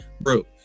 bro